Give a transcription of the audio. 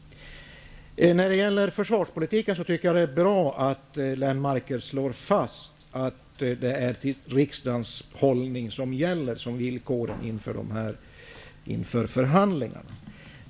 Det är bra att Göran Lennmarker slår fast att det är riksdagens hållning beträffande villkoren inför förhandlingarna som gäller i fråga om försvarspolitiken.